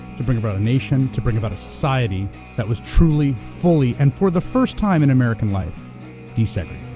to bring about a nation, to bring about a society that was truly, fully, and for the first time in american life desegregated.